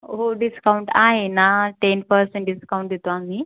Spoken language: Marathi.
हो डिस्काऊंट आहे ना टेन पर्सेंट डिस्काऊंट देतो आम्ही